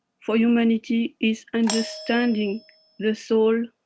for humanity is understanding the soul,